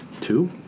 Two